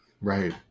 right